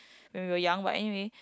when we were young but anyway